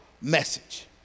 message